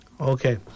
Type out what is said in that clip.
Okay